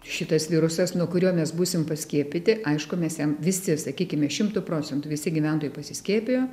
šitas virusas nuo kurio mes būsim paskiepyti aišku mes jam visi sakykime šimtu procentų visi gyventojai pasiskiepijo